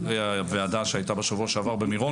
הייתה לנו ועדה בשבוע שעבר במירון.